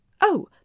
Oh